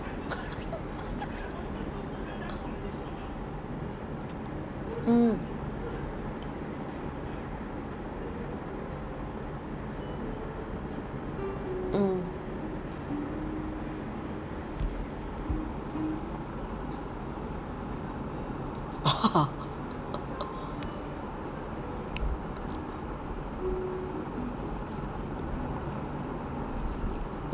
mm mm